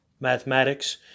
mathematics